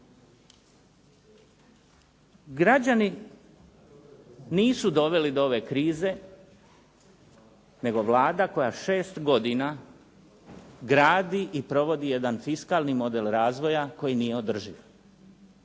Građani nisu doveli do ove krize nego Vlada koja 6 godina gradi i provodi jedan fiskalni model razvoja koji nije održiv,